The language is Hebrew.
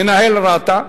מנהל רת"א,